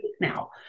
now